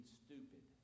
stupid